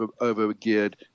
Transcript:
over-geared